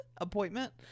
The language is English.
appointment